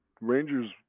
Rangers